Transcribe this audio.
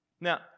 Now